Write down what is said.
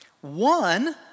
One